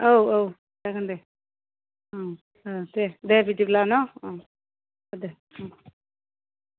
औ औ जागोन दे ओं दे दे बिदिब्ला न दे